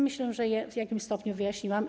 Myślę, że je w jakimś stopniu wyjaśniłam.